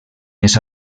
més